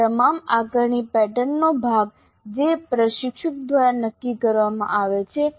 આ તમામ આકારણી પેટર્નનો ભાગ છે જે પ્રશિક્ષક દ્વારા નક્કી કરવામાં આવે છે